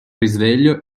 risveglio